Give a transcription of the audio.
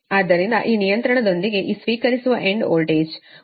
ಆದ್ದರಿಂದ ಈ ನಿಯಂತ್ರಣದೊಂದಿಗೆ ಈ ಸ್ವೀಕರಿಸುವ ಎಂಡ್ ವೋಲ್ಟೇಜ್ ಅನ್ನು 10